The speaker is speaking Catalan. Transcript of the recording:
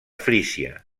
frísia